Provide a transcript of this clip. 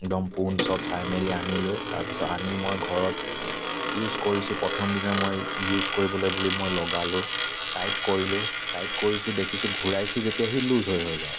একদম পোন চব চাই মেলি আনিলোঁ তাৰপিছত আনি মই ঘৰত ইউজ কৰিছোঁ প্ৰথমদিনা মই ইউজ কৰিবলৈ বুলি লগালোঁ টাইট কৰিলোঁ টাইট কৰিছোঁ দেখিছোঁ ঘূৰাইছোঁ যেতিয়া সি লুজ হৈ হৈ যায়